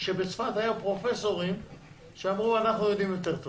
כאשר בצפת היו פרופסורים שאמרו: אנחנו יודעים טוב יותר.